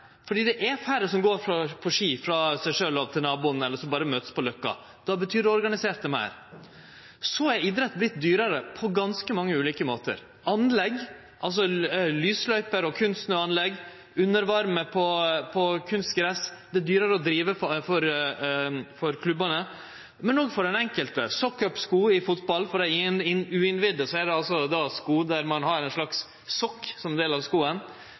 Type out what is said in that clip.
det er færre som går på ski frå seg sjølv og til naboen, eller som berre møtest på løkka. Då betyr den organiserte idretten meir. Så har idretten vorte dyrare på ganske mange ulike måtar. Når det gjeld anlegg, lysløyper og kunstsnøanlegg, undervarme på kunstgras, er det dyrare å drive for klubbane, men det kostar òg meir for den enkelte. «Sock up»-sko i fotball – for dei uinnvigde er det sko der ein har ein slags sokk som del av